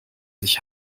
sich